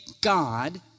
God